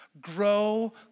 Grow